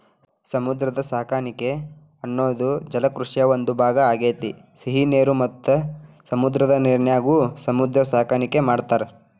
ಸಮುದ್ರ ಸಾಕಾಣಿಕೆ ಅನ್ನೋದು ಜಲಕೃಷಿಯ ಒಂದ್ ಭಾಗ ಆಗೇತಿ, ಸಿಹಿ ನೇರ ಮತ್ತ ಸಮುದ್ರದ ನೇರಿನ್ಯಾಗು ಸಮುದ್ರ ಸಾಕಾಣಿಕೆ ಮಾಡ್ತಾರ